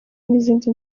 n’izindi